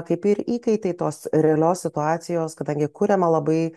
kaip ir įkaitai tos realios situacijos kadangi kuriama labai